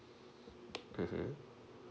mmhmm